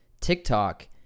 TikTok